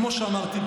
כמו שאמרתי,